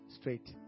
straight